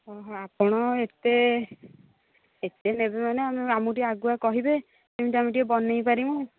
ହଁ ହଁ ଆପଣ ଏତେ ଏତେ ନେବେ ମାନେ ଆମକୁ ଟିକେ ଆଗୁଆ କହିବେ ଯେମିତି ଆମେ ଟିକେ ବନେଇ ପାରିବୁ